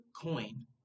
coin